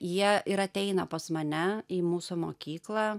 jie ir ateina pas mane į mūsų mokyklą